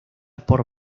por